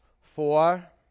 Four